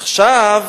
עכשיו